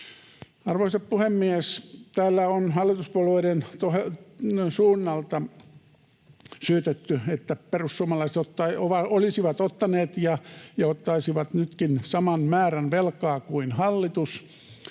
Arvoisa puhemies! Täällä on hallituspuolueiden suunnalta syytetty, että perussuomalaiset olisivat ottaneet ja ottaisivat nytkin saman määrän velkaa kuin hallitus.